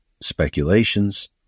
speculations